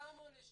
כמה עולה,